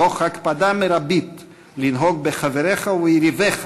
תוך הקפדה מרבית לנהוג בחבריך ויריביך